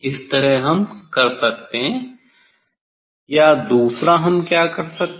इस तरह हम कर सकते हैं या दूसरा हम क्या कर सकते हैं